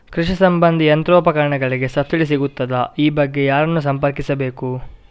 ಕೃಷಿ ಸಂಬಂಧಿ ಯಂತ್ರೋಪಕರಣಗಳಿಗೆ ಸಬ್ಸಿಡಿ ಸಿಗುತ್ತದಾ? ಈ ಬಗ್ಗೆ ಯಾರನ್ನು ಸಂಪರ್ಕಿಸಬೇಕು?